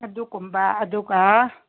ꯑꯗꯨꯒꯨꯝꯕ ꯑꯗꯨꯒ